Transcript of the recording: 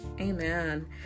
Amen